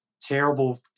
terrible